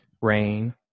Rain